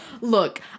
Look